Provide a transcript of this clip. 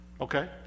Okay